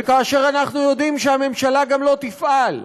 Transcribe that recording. וכאשר אנחנו יודעים שהממשלה גם לא תפעל,